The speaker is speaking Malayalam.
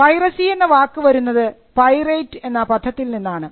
പൈറസി എന്ന വാക്ക് വരുന്നത് പൈറേറ്റ് എന്ന പദത്തിൽ നിന്നാണ്